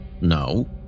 no